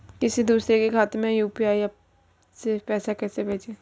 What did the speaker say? किसी दूसरे के खाते में यू.पी.आई से पैसा कैसे भेजें?